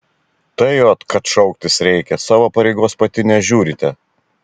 tai ot kad šauktis reikia savo pareigos pati nežiūrite